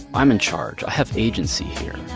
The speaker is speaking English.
i'm in charge. i have agency here.